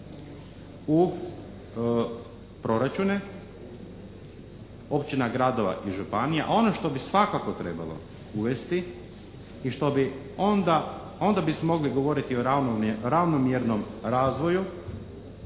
u proračune općina, gradova i županija, a ono što bi svakako trebalo uvesti i što bi onda, onda bismo govoriti o ravnomjernom razvoju